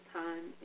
time